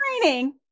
training